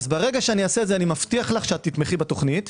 ברגע שאעשה את זה אני מבטיח לך שתתמכי בתוכנית.